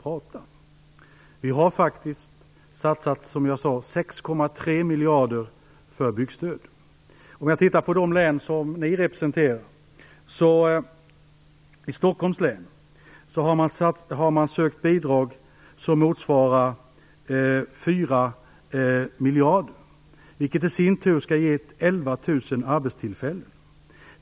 Regeringen har faktiskt satsat 6,3 miljarder i byggstöd. I de län som ni representerar framgår följande. I Stockholms län har man sökt bidrag som motsvarar 4 miljarder, vilket i sin tur skall ge 11 000 arbetstillfällen.